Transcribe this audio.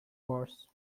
course